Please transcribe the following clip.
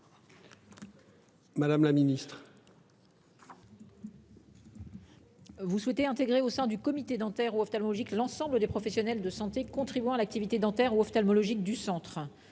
Madame la Ministre.